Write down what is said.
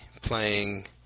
playing